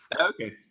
Okay